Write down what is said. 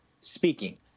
speaking